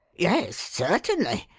yes, certainly!